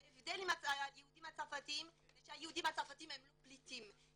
ההבדל עם היהודים הצרפתים זה שהיהודים הצרפתים הם לא פליטים.